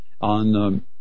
on